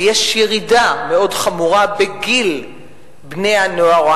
ויש ירידה מאוד חמורה בגיל בני-הנוער או